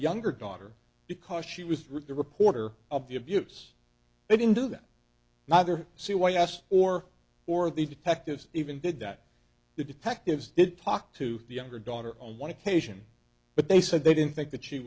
younger daughter because she was really the reporter of the abuse they didn't do them neither c y s or or the detectives even did that the detectives did talk to the younger daughter on one occasion but they said they didn't think that she